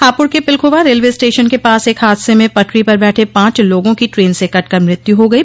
हापुड़ के Pilkhuwa railway station के पास एक हादसे में पटरी पर बैठे पांच लोगों की ट्रेन से कटकर मृत्यु हो गयी